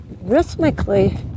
rhythmically